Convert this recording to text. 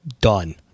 done